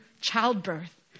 childbirth